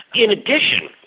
in addition,